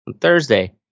thursday